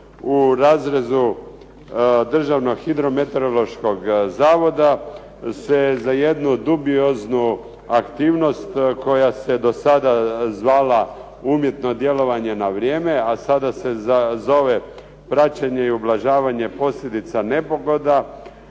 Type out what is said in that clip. u razrezu Državnog hidrometeorološkog zavoda se za jednu dubioznu aktivnost koja se do sada zvala umjetno djelovanje na vrijeme, a sada se zove praćenje i ublažavanje posljedica nepogoda,